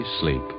sleep